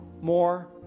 more